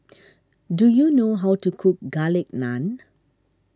do you know how to cook Garlic Naan